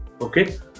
okay